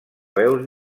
veus